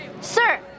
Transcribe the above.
Sir